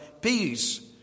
Peace